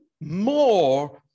more